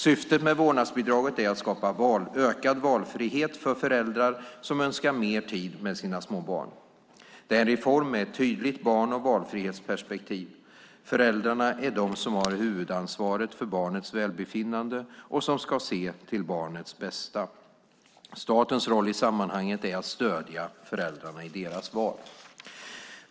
Syftet med vårdnadsbidraget är att skapa ökad valfrihet för föräldrar som önskar mer tid med sina små barn. Det är en reform med ett tydligt barn och valfrihetsperspektiv. Föräldrarna är de som har huvudansvaret för barnets välbefinnande och som ska se till barnets bästa. Statens roll i sammanhanget är att stödja föräldrarna i deras val.